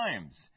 times